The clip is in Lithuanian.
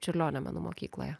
čiurlionio menų mokykloje